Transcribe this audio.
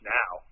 now